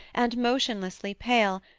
and motionlessly pale,